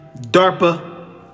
darpa